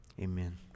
amen